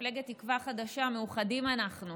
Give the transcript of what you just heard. מפלגת תקווה חדשה, מאוחדים אנחנו.